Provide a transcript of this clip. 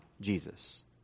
Jesus